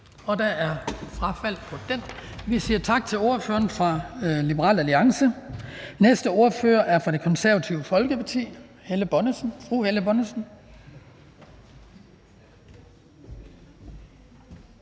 Der er frafald på den, så vi siger tak til ordføreren fra Liberal Alliance. Næste ordfører er fra Det Konservative Folkeparti, og det